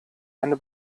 eine